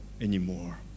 anymore